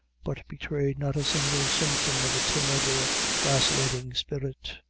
but betrayed not a single symptom of a timid or vacillating spirit.